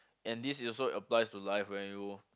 and this is also applies to life when you